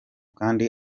kandi